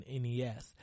NES